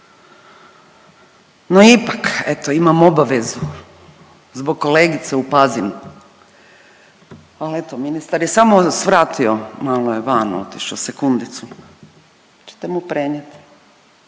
No ipak eto imam obavezu zbog kolegice u Pazinu, al eto ministar je samo svratio, malo je van otišao, sekundicu, hoćete mu prenijet?